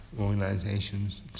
organizations